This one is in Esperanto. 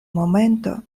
momento